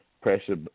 pressure